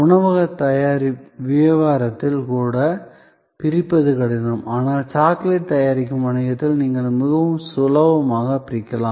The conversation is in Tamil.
உணவக வியாபாரத்தில் கூட பிரிப்பது கடினம் ஆனால் சாக்லேட் தயாரிக்கும் வணிகத்தில்நீங்கள் மிகவும் சுலபமாக பிரிக்கலாம்